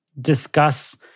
discuss